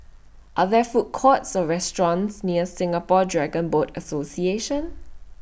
Are There Food Courts Or restaurants near Singapore Dragon Boat Association